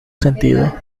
sentido